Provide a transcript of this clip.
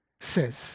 says